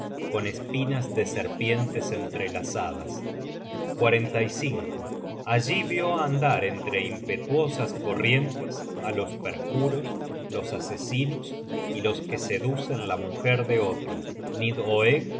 con espinas de serpientes entrelazadas allí vió andar entre impetuosas corrientes á los perjuros los asesinos y los que seducen la mujer de otro